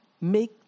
Make